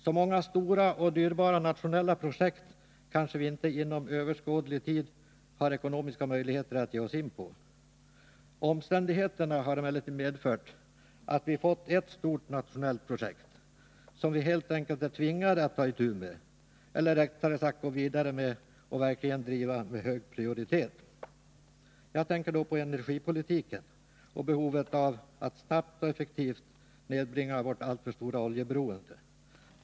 Så många stora och dyrbara nationella projekt kanske vi inte inom överskådlig tid har ekonomiska möjligheter att ge oss in på. Omständigheterna har emellertid medfört att vi fått ett stort nationellt projekt som vi helt enkelt är tvingade att ta itu med eller rättare sagt gå vidare med och verkligen driva med hög prioritet. Jag tänker då på energipolitiken och behovet av att snabbt och effektivt nedbringa vårt alltför stora oljeberoende.